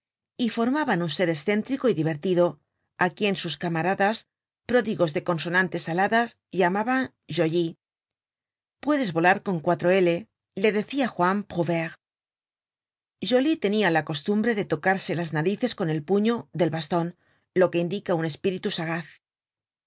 y formaban un ser escéntrico y divertido á quien sus camaradas pródigos de consonantes aladas llamaban jolllly puedes volar con cuatro l le decia juan prouvaire joly tenia la costumbre de tocarse las narices con el puño del baston lo que indica un espíritu sagaz